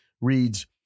reads